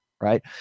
right